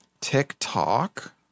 TikTok